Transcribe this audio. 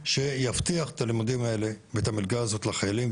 שיבטיח את הלימודים האלה ואת המלגה הזו לחיילים.